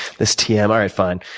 this tm, all right, fine.